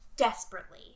desperately